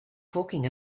talking